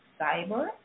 Cyber